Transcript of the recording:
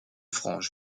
frange